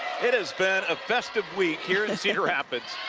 it has been a festive week here in cedar rapids.